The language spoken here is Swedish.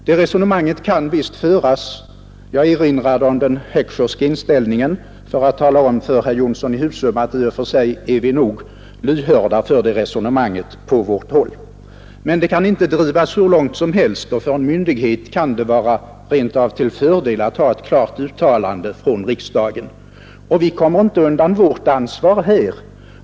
Det resonemanget kan visst föras, och jag erinrar om den Heckscherska inställningen för att klargöra för herr Jonsson i Husum att vi på vårt håll i och för sig är lyhörda för detta. Men det kan inte drivas hur långt som helst, och för en myndighet kan det rent av vara till fördel att ha ett klart uttalande från riksdagen att utgå från. Vi kommer inte heller ifrån vårt ansvar i detta fall.